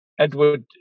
Edward